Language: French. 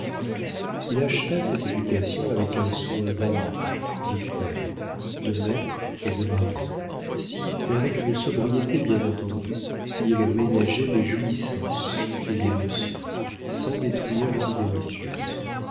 il acheva cette éducation avec un soin d'amant de père de maître et de mari mais avec une sobriété bien entendue il ménageait les jouissances et les leçons sans détruire les idées religieuses